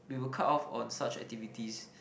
we will cut off on such activities